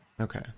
okay